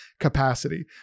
capacity